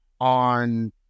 on